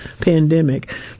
pandemic